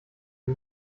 die